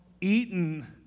eaten